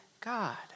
God